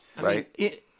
right